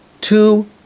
two